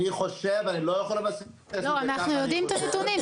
אנחנו נדון היום על כמה היבטים.